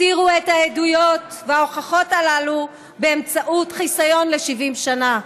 הסתירו את העדויות וההוכחות הללו באמצעות חיסיון ל-70 שנה.